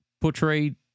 portrayed